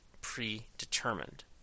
predetermined